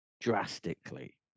drastically